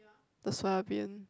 the soya bean